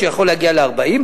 שיכול להגיע ל-40%,